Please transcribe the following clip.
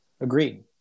Agreed